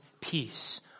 peace